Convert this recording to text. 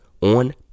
on